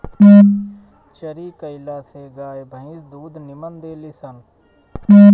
चरी कईला से गाई भंईस दूध निमन देली सन